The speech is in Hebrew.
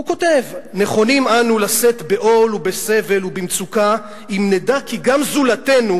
והוא כותב: "נכונים אנו לשאת בעול ובסבל ובמצוקה אם נדע כי גם זולתנו,